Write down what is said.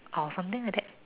or something like that